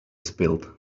spilled